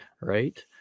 right